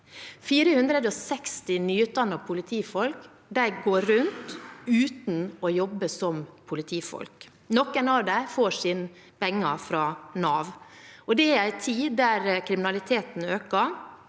460 nyutdannede politifolk går rundt uten å jobbe som politifolk. Noen av disse får sine penger fra Nav. Det er i en tid da kriminaliteten øker,